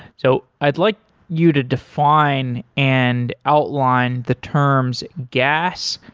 so i'd like you to define and outline the terms gas,